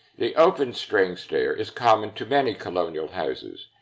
the open-string stair is common to many colonial houses,